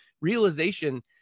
realization